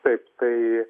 taip tai